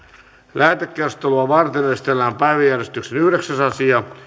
lähetekeskustelua varten esitellään päiväjärjestyksen yhdeksäs asia